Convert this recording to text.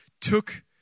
took